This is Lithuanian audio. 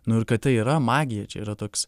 nu ir kad tai yra magija čia yra toks